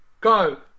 Go